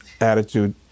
attitude